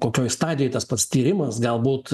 kokioj stadijoj tas pats tyrimas galbūt